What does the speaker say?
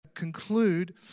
conclude